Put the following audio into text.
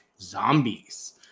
Zombies